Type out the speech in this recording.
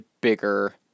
bigger